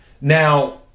Now